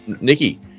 Nikki